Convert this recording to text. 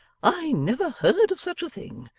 i never heard of such a thing.